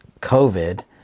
COVID